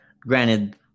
Granted